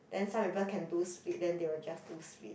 then some people can do split then they will just do split